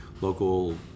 local